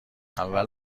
اول